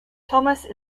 thomas